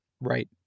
Right